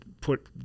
put